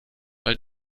weil